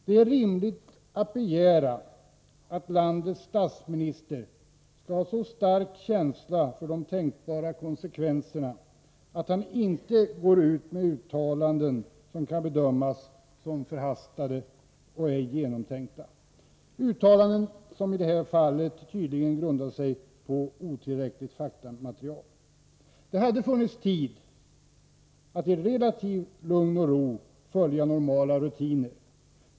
Det är rimligt att begära att landets statsminister skall ha en så stark känsla för de tänkbara konsekvenserna att han inte går ut med uttalanden som kan bedömas som förhastade och ej genomtänkta — uttalanden som i det här fallet tydligen grundade sig på otillräckligt faktamaterial. Det hade funnits tid att, någorlunda i lugn och ro, följa normala rutiner.